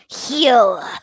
heal